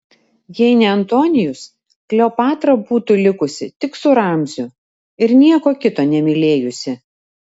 jei ne antonijus kleopatra būtų likusi tik su ramziu ir nieko kito nemylėjusi